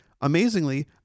Amazingly